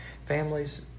families